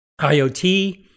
IoT